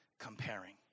comparing